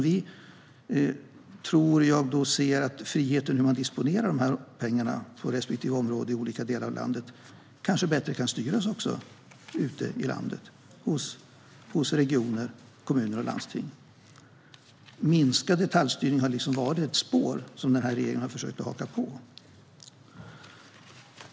Vi anser att friheten i hur man disponerar pengarna på respektive område i olika delar av landet kanske också kan styras bättre ute i landet hos regioner, kommuner och landsting. Minskad detaljstyrning har varit ett spår som regeringen har försökt att haka på.